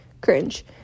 cringe